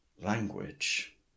language